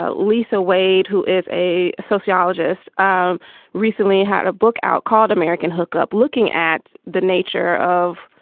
ah lisa wade, who is a sociologist, um recently had a book out called american hookup, looking at the nature of,